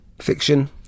Fiction